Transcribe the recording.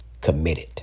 Committed